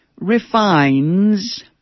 refines